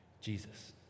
Jesus